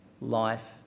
life